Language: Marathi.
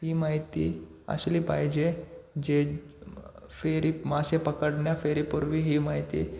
ही माहिती असली पाहिजे जे फेरी मासे पकडण्या फेरीपूर्वी ही माहिती